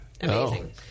amazing